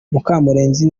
mukamurenzi